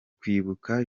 kwibuka